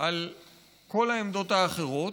על כל העמדות האחרות,